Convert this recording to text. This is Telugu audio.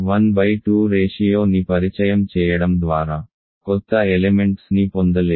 1 2 రేషియో ని పరిచయం చేయడం ద్వారా కొత్త ఎలెమెంట్స్ ని పొందలేరు